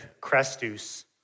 Crestus